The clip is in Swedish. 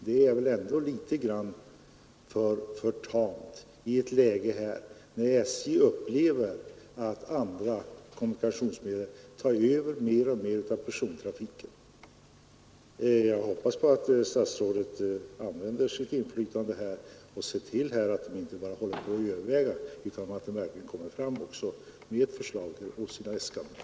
Det är väl ändå litet för tamt med ett sådant här uttalande i ett läge, när SJ upplever att andra kommunikationsmedel mer och mer tar över persontrafiken. Jag hoppas nu att herr statsrådet använder sitt inflytande och ser till att SJ inte bara håller på och överväger frågan utan att man verkligen också kommer med ett förslag i sina anslagsäskanden.